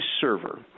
server